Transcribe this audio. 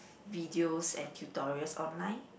videos and tutorials online